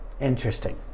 interesting